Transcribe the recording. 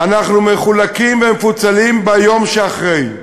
אנחנו מחולקים ומפוצלים ביום שאחרי.